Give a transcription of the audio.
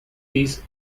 these